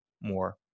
more